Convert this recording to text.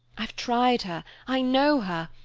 i've tried her, i know her,